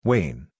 Wayne